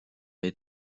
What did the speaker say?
vaid